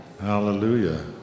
Hallelujah